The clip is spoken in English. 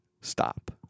stop